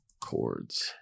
chords